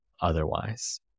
otherwise